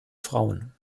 frauen